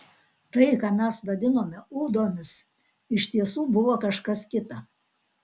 tai ką mes vadinome ūdomis iš tiesų buvo kažkas kita